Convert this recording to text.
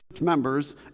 members